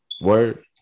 Word